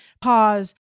pause